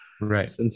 Right